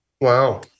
Wow